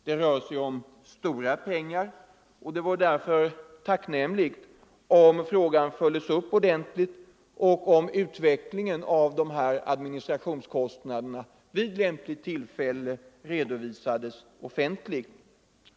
Det rör sig om stora pengar, och det vore därför tacknämligt om frågan följes upp ordentligt och om utvecklingen av administrationskostnaderna vid lämpligt tillfälle redovisades offentligt.